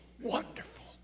wonderful